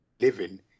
living